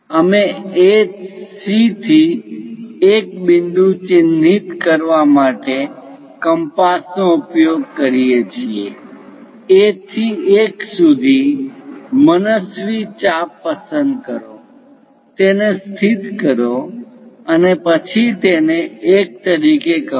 અમે AC થી 1 બિંદુ ચિહ્નિત કરવા માટે કંપાસ નો ઉપયોગ કરીએ છીએ A થી 1 સુધી મનસ્વી ચાપ પસંદ કરો તેને સ્થિત કરો અને પછી તેને 1 તરીકે કહો